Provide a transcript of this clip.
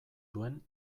duen